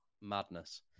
Madness